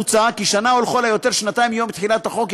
מוצע כי שנה או לכל היותר שנתיים מיום תחילת החוק,